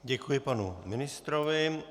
Děkuji panu ministrovi.